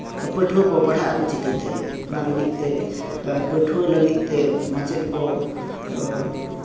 ᱯᱟᱹᱴᱷᱩᱣᱟᱹ ᱠᱚ ᱯᱟᱲᱦᱟᱜ ᱟᱠᱚ ᱪᱤᱠᱟᱹᱛᱮ ᱚᱱᱟ ᱞᱟᱹᱜᱤᱫ ᱛᱮ ᱯᱟᱹᱴᱷᱩᱣᱟᱹ ᱞᱟᱹᱜᱤᱫ ᱛᱮ ᱢᱟᱪᱮᱫ ᱠᱚ